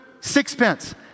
sixpence